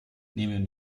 nehmen